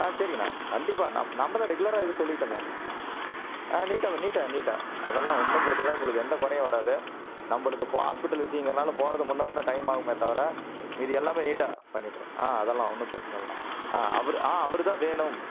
ஆ சரிங்கண்ணா கண்டிப்பாக நம் நம்மதான் ரெகுலராக இது சொல்லிவிட்டோமே ஆ நீட்டாக நீட்டாக நீட்டாக அதெல்லாம் ஒன்றும் பிரச்சினை இல்லை உங்களுக்கு எந்த குறையும் வராது நம்மளுக்கு இப்போ ஹாஸ்பிட்டல் விஷயங்கிறதுனால போகிறத முன்னே பின்னே டைம் ஆகுமே தவிர மீதி எல்லாமே நீட்டாக பண்ணிடுறோம் ஆ அதெல்லாம் ஒன்றும் பிரச்சினை இல்லைண்ணா ஆ அவரு ஆ அவருதான் வேணும்